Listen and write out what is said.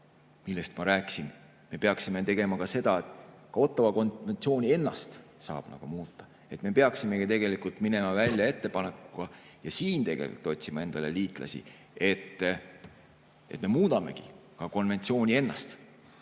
millest ma rääkisin, me peaksime tegema seda, et ka Ottawa konventsiooni ennast saaks nagu muuta. Me peaksime tegelikult minema välja ettepanekuga ja otsima siin endale liitlasi, et me muudamegi ka konventsiooni ennast,